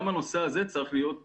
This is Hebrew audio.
גם הנושא הזה צריך להיות וולונטרי,